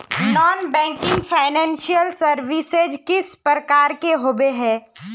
Non banking financial services किस प्रकार के होबे है?